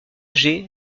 âgé